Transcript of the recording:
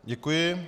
Děkuji.